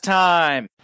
time